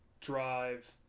Drive